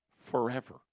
forever